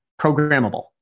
programmable